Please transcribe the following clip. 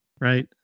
Right